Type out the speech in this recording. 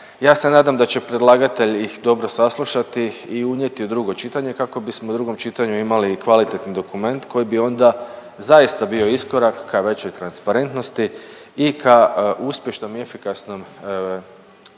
Ja se nadam da će predlagatelj ih dobro saslušati i unijeti u drugo čitanje kako bismo i u drugom čitanju imali kvalitetni dokument koji bi onda zaista bio iskorak ka većoj transparentnosti i ka uspješnom i efikasnom, uspješnoj